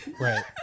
Right